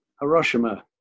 Hiroshima